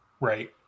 Right